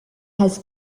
has